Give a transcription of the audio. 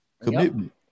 commitment